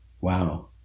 Wow